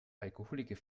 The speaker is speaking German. alkoholiker